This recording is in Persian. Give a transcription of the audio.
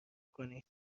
کنید